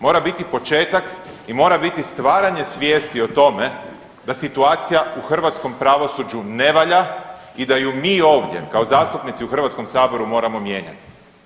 Mora biti početak i mora biti stvaranje svijesti o tome da situacija u hrvatskom pravosuđu ne valja i da ju mi ovdje kao zastupnici u Hrvatskom saboru moramo mijenjati.